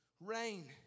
Rain